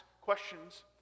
questions